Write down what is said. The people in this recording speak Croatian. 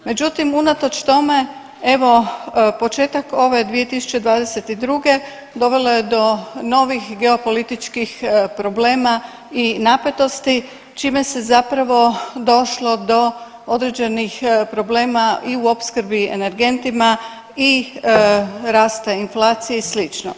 Međutim, unatoč tome, evo, početak ove 2022. dovelo je do novih geopolitičkih problema i napetosti, čime se zapravo došlo do određenih problema i u opskrbi energentima i rasta inflacije i sl.